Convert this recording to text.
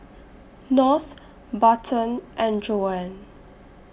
North Barton and Joann